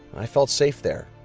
i felt safe there.